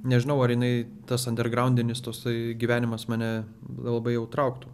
nežinau ar jinai tas andergraundinis tosai gyvenimas mane labai jau trauktų